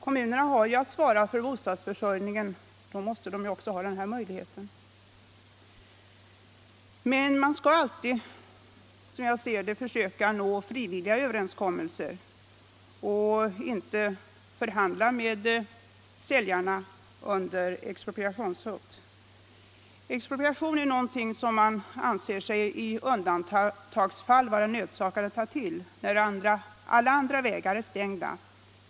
Kommunerna har att svara för bostadsförsörjningen, och då måste de också ha den här möjligheten. Man skall alltid, som jag ser det, söka nå frivilliga överenskommelser och inte förhandla med säljarna under expropriationshot. Expropriation är något man i undantagsfall skall vara nödsakad att ta till, dvs. när alla andra vägar är stängda.